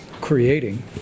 creating